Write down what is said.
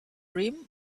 rim